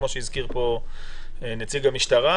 כפי שהזכיר אורי בוצמסקי מן המשטרה,